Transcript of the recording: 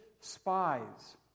spies